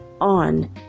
on